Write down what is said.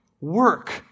Work